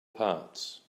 parts